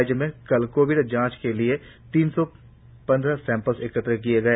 राज्यभर में कल कोविद जांच के लिए तीन सौं पंद्रह सैंपल एकत्र किए गए